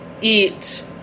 eat